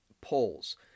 polls